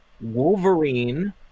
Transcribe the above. Wolverine